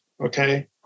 Okay